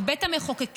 את בית המחוקקים,